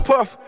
Puff